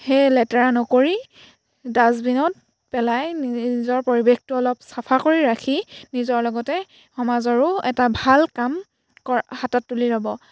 সেই লেতেৰা নকৰি ডাষ্টবিনত পেলাই নিজৰ পৰিৱেশটো অলপ চাফা কৰি ৰাখি নিজৰ লগতে সমাজৰো এটা ভাল কাম কৰা হাতত তুলি ল'ব